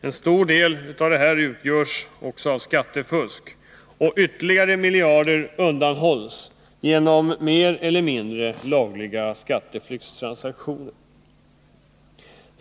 En stor del därav utgörs av skattefusk, och ytterligare miljarder undanhålls genom mer eller mindre lagliga skatteflyktstransaktioner.